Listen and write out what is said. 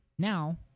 Now